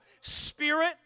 spirit